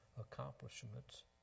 accomplishments